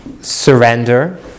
Surrender